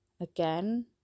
again